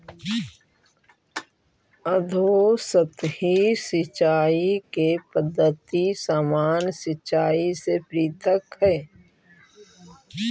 अधोसतही सिंचाई के पद्धति सामान्य सिंचाई से पृथक हइ